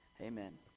Amen